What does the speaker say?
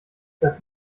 das